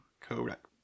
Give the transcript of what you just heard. Correct